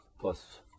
plus